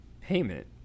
Payment